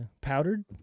Powdered